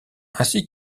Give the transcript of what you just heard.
ainsi